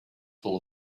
full